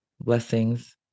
blessings